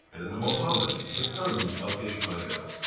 and mohammed, the son of ismail.